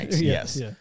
yes